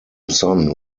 son